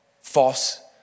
false